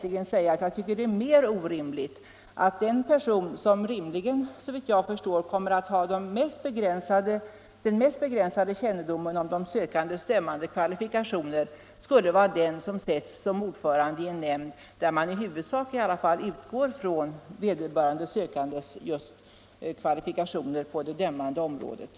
Jag finner det nog egentligen mera orimligt att den person som, såvitt jag förstår, kommer att ha den mest begränsade kännedomen om de sökandes dömande kvalifikationer skulle vara den som sätts som ordförande i en nämnd där man i alla fall i huvudsak har att bedöma vederbörande sökandes kvalifikationer på det dömande området.